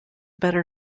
better